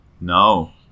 No